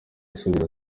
abasubiza